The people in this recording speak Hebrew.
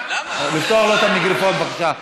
לפתוח לו את המיקרופון, בבקשה.